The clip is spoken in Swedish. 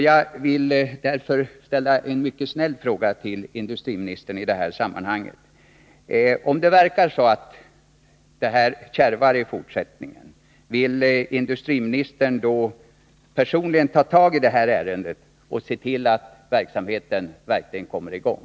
Jag vill därför idetta sammanhang ställa en mycket snäll fråga till industriministern: Om det här kärvar i fortsättningen, vill industriministern då personligen ta tag i ärendet och se till att verksamheten verkligen kommer i gång?